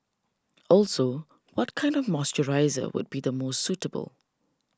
also what kind of moisturiser would be the most suitable